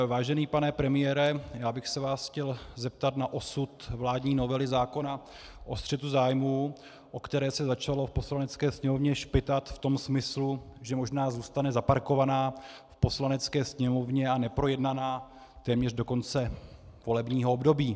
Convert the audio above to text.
Vážený pane premiére, já bych se vás chtěl zeptat na osud vládní novely zákona o střetu zájmů, o které se začalo v Poslanecké sněmovně špitat v tom smyslu, že možná zůstane zaparkovaná v Poslanecké sněmovně a neprojednaná téměř do konce volebního období.